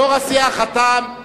יושב-ראש הסיעה חתם,